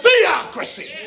theocracy